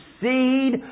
seed